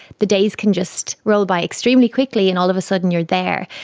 the days can just roll by extremely quickly and all of a sudden you are there.